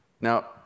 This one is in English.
Now